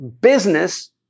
business